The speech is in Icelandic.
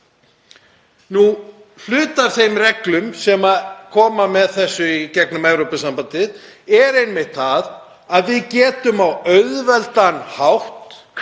Hluti af þeim reglum sem koma með þessu í gegnum Evrópusambandið er einmitt það að við getum á auðveldan hátt